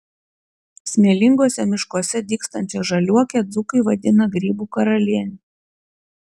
smėlinguose miškuose dygstančią žaliuokę dzūkai vadina grybų karaliene